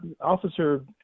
officer